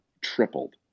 tripled